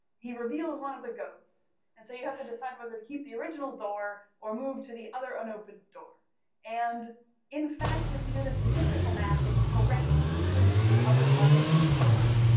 he reveals one of the goats and so you have to decide whether to keep the original door or move to the other unopened door and in fact if you do the statistical math, it's correct to switch to the other unopened door